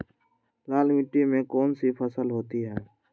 लाल मिट्टी में कौन सी फसल होती हैं?